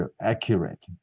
accurate